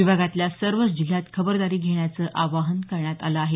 विभागातल्या सर्वच जिल्ह्यांत खबरदारी घेण्याचं आवाहन करण्यात आल आहे